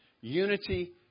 Unity